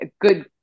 good